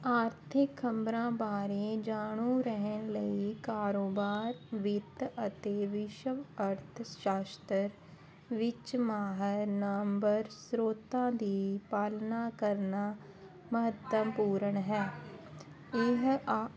ਆਰਥਿਕ ਖ਼ਬਰਾਂ ਬਾਰੇ ਜਾਣੂ ਰਹਿਣ ਲਈ ਕਾਰੋਬਾਰ ਵਿੱਤ ਅਤੇ ਵਿਸ਼ਵ ਅਰਥਸ਼ਾਸਤਰ ਵਿੱਚ ਮਾਹਰ ਨਾਮਵਰ ਸਰੋਤਾਂ ਦੀ ਪਾਲਣਾ ਕਰਨਾ ਮਹੱਤਵਪੂਰਨ ਹੈ ਇਹ ਆ